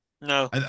No